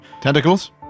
Tentacles